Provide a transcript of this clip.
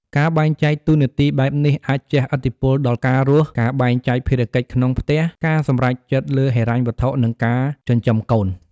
ការបែងចែកតួនាទីបែបនេះអាចជះឥទ្ធិពលដល់ការរស់ ការបែងចែកភារកិច្ចក្នុងផ្ទះ ការសម្រេចចិត្តលើហិរញ្ញវត្ថុ និងការចិញ្ចឹមកូន។